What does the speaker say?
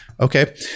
Okay